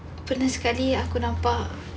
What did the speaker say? pernah sekali aku nampak